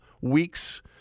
weeks